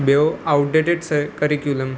ॿियो ऑउटडेटिड स केरिकुलम